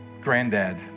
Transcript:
granddad